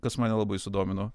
kas mane labai sudomino